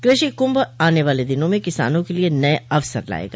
कृषि कुंभ आने वाले दिनों में किसानों के लिए नये अवसर लाएगा